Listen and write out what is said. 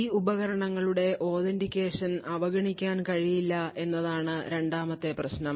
ഈ ഉപകരണങ്ങളുടെ authentication അവഗണിക്കാൻ കഴിയില്ല എന്നതാണ് രണ്ടാമത്തെ പ്രശ്നം